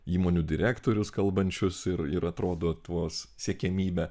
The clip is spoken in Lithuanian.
įmonių direktorius kalbančius ir ir atrodo tuos siekiamybę